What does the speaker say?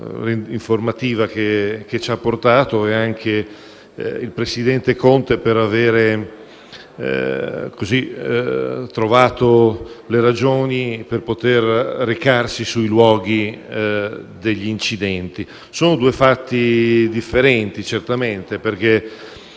informativa e il presidente Conte per aver trovato le ragioni per potersi recare sui luoghi degli incidenti. Sono due fatti differenti, certamente, perché